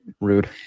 rude